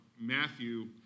Matthew